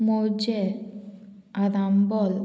Morjim Arambol